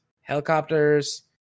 helicopters